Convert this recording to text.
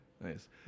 Nice